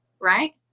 Right